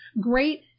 great